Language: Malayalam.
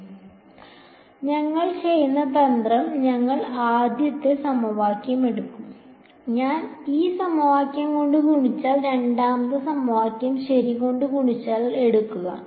അതിനാൽ ഞങ്ങൾ ചെയ്യുന്ന തന്ത്രം ഞങ്ങൾ ആദ്യത്തെ സമവാക്യം എടുക്കും ഞാൻ ഈ ആദ്യ സമവാക്യം കൊണ്ട് ഗുണിച്ചാൽ രണ്ടാമത്തെ സമവാക്യം ശരി കൊണ്ട് ഗുണിച്ചാൽ എടുക്കുക